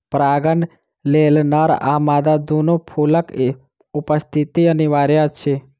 परागणक लेल नर आ मादा दूनू फूलक उपस्थिति अनिवार्य अछि